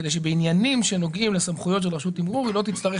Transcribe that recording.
כדי שבעניינים שנוגעים לסמכויות של רשות תימרור היא לא תצטרך